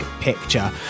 Picture